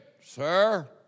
sir